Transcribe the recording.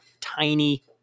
tiny